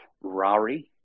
RARI